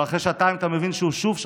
אבל אחרי שעתיים אתה מבין שהוא שוב שתה,